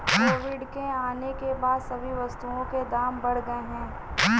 Covid के आने के बाद सभी वस्तुओं के दाम बढ़ गए हैं